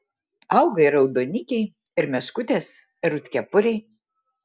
auga ir raudonikiai ir meškutės ir rudkepuriai